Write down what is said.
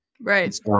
right